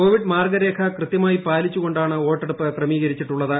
Covid മാർഗ്ഗരേഖ കൃത്യമായി പാലിച്ചുകൊണ്ടാണ് വോട്ടെടുപ്പ് ക്രമീകരിച്ചിട്ടുള്ളത്